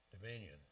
dominion